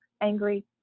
angry